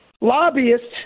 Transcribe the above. lobbyists